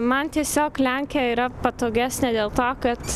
man tiesiog lenkija yra patogesnė dėl to kad